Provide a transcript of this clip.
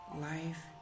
Life